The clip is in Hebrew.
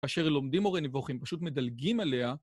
כאשר לומדים מורה נבוכים, פשוט מדלגים עליה.